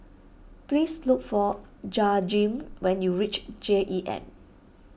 please look for Jaheem when you reach J E M